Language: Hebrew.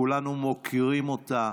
כולנו מוקירים אותה,